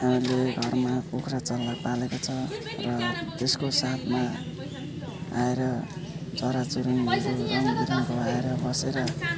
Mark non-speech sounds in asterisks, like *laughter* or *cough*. हाम्रो घरमा कुखुरा चल्ला पालेको छ र त्यसको साथमा आएर चराचुरुङ्गीहरू *unintelligible* बसेर